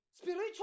spiritual